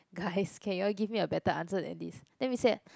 guys can you all give me a better answer than this then we said